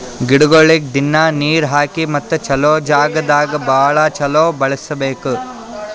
ಗಿಡಗೊಳಿಗ್ ದಿನ್ನಾ ನೀರ್ ಹಾಕಿ ಮತ್ತ ಚಲೋ ಜಾಗ್ ದಾಗ್ ಭಾಳ ಚಲೋ ಬೆಳಸಬೇಕು